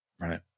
right